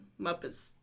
Muppets